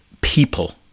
people